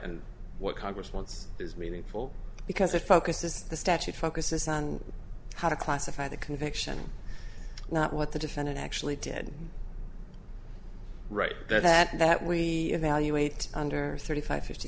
and what congress wants is meaningful because it focuses the statute focuses on how to classify the conviction not what the defendant actually did write that that that we value eight under thirty five fifty